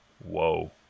Whoa